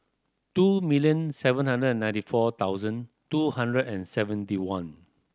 two million seven hundred and ninety four thousand two hundred and seventy one